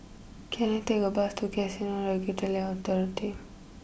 can I take a bus to Casino Regulatory Authority